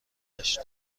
داشت